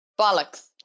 Bollocks